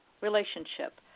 relationship